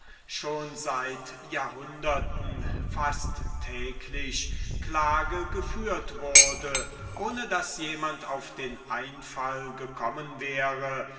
schon seit jahrhunderten fast täglich klage geführt wurde ohne daß darum jemand auf den einfall gekommen wäre